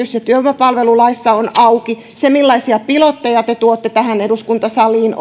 työvoimapalvelulaissa on auki se millaisia pilotteja te tuotte tähän eduskuntasaliin on